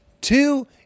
two